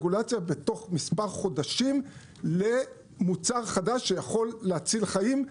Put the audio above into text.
רגולציות בתוך מספר חודשים למוצר חדש שיכול להציל חיים,